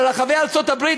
ברחבי ארצות-הברית,